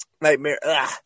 Nightmare